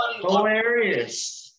Hilarious